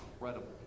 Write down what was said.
incredible